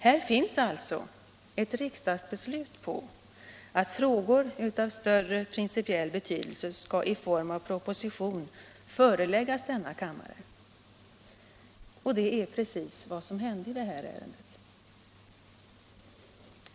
Här finns alltså ett riksdagsbeslut på att frågor av större principiell betydelse skall föreläggas denna kammare i form av proposition. Och det är precis vad som har hänt i detta ärende!